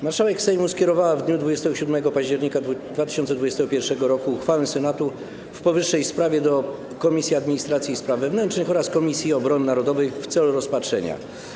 Marszałek Sejmu skierowała w dniu 27 października 2021 r. uchwałę Senatu w powyższej sprawie do Komisji Administracji i Spraw Wewnętrznych oraz Komisji Obrony Narodowej w celu rozpatrzenia.